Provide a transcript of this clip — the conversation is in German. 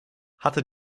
hatte